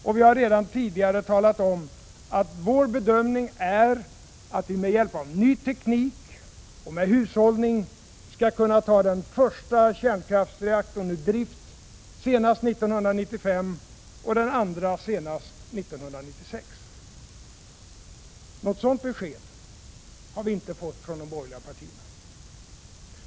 Och vi har redan tidigare talat om att vår bedömning är att vi, med hjälp av ny teknik och med hushållning, skall kunna ta den första kärnkraftsreaktorn ur drift senast 1995 och den andra senast 1996. Något sådant besked har vi inte fått från de borgerliga partierna.